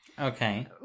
okay